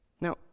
Now